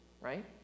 right